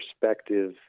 perspective